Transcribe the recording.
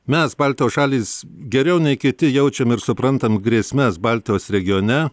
mes baltijos šalys geriau nei kiti jaučiam ir suprantam grėsmes baltijos regione